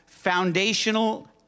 foundational